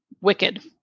wicked